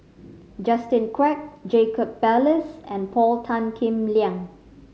Justin Quek Jacob Ballas and Paul Tan Kim Liang